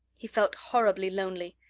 he felt horribly lonely.